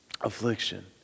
affliction